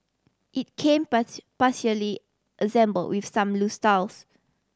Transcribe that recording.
it came partially assemble with some loose tiles